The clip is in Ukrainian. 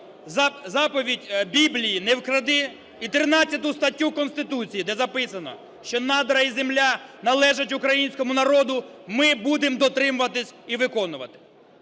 заповідь Біблії "Не вкради" і 13 статтю Конституції, де записано, що надра і земля належать українському народу, ми будемо дотримуватись і виконувати.